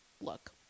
look